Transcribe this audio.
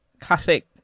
classic